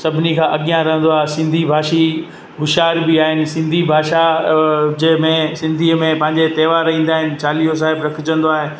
सभिनी खां अॻिया रहंदो आ सिंधी भाषी होश्यार बि आहिनि सिंधी भाषा जंहिंमें सिंधीअ में पांजे त्यवहार ईंदा आइन चालीहो साहिबु रखिजंदो आहे